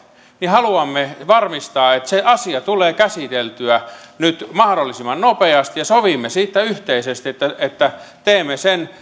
haluamme varmistaa että se asia tulee käsiteltyä mahdollisimman nopeasti ja sovimme siitä yhteisesti että teemme sen